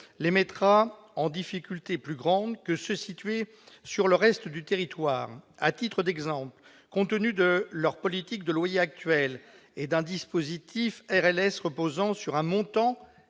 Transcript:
plus grande difficulté que ceux qui sont situés sur le reste du territoire. À titre d'exemple, compte tenu de leurs politiques de loyers actuelles et d'un dispositif RLS reposant sur un montant